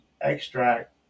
extract